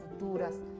futuras